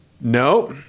nope